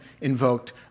invoked